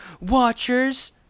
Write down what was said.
Watchers